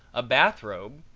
a bath-robe,